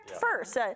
first